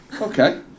Okay